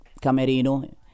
camerino